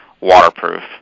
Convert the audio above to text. waterproof